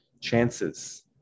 chances